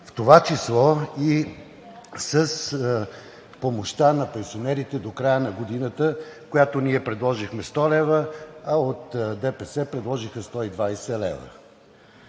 в това число и с помощта на пенсионерите до края на годината, която ние предложихме, да е 100 лв., а от ДПС предложиха 120 лв.